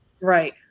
right